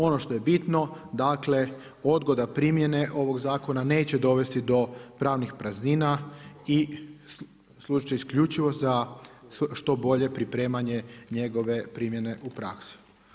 Ono što je bitno, dakle odgoda primjene ovog zakona neće dovesti do pravnih praznina i služi isključivo za što bolje pripremanje njegove primjene u praksi.